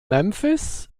memphis